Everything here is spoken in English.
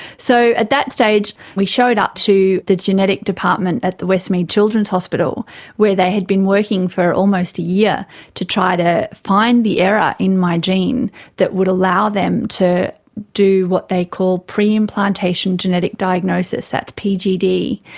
so at that stage we showed up to the genetic department at the westmead children's hospital where they had been working for almost a year to try to find the error in my gene that would allow them to do what they call preimplantation genetic diagnosis, that's pgd.